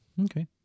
okay